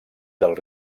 del